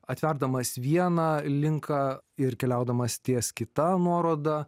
atverdamas vieną linką ir keliaudamas ties kita nuoroda